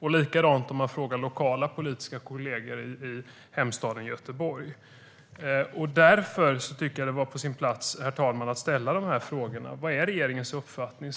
Likadant är det om man frågar lokala politiska kollegor i Göteborg. Därför, herr talman, tycker jag att det är på sin plats att ställa de här frågorna. Vad är regeringens uppfattning?